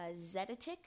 zetetic